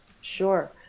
sure